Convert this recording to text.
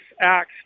acts